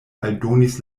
aldonis